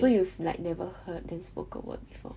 so you've like never heard them spoke or what before